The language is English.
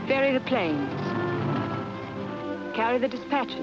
ferry the planes carry the dispatch